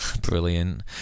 Brilliant